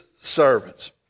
servants